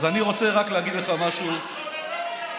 אז אני רוצה רק להגיד לך משהו, הצוללות, נכון.